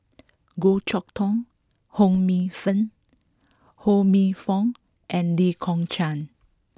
Goh Chok Tong Ho Minfong and Lee Kong Chian